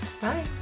bye